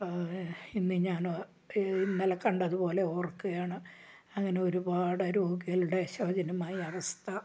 ഇന്ന് ഞാൻ ഇന്നലെ കണ്ടതുപോലെ ഓർക്കുകയാണ് അങ്ങനെ ഒരുപാട് രോഗികളുടെ ശോചനമായ അവസ്ഥ